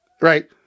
Right